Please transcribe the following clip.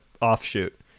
offshoot